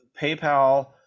PayPal